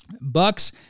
Bucks